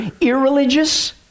irreligious